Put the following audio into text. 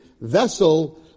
vessel